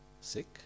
sick